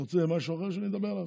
אתה רוצה משהו אחר שאני אדבר עליו?